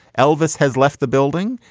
elvis has left the building.